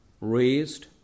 Raised